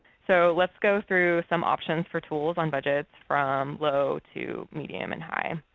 so let's go through some options for tools on budgets from low to medium and high,